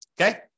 Okay